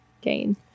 gain